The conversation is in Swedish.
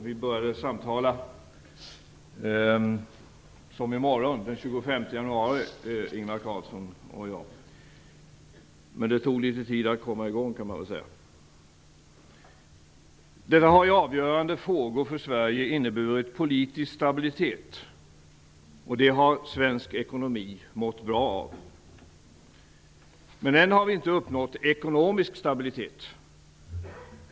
Vi - Ingvar Carlsson och jag - började samtala den 25 januari, men det tog tid att komma i gång. Det har i avgörande frågor för Sverige inneburit politisk stabilitet. Det har svensk ekonomi mått bra av. Men än har vi inte uppnått ekonomisk stabilitet.